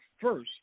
first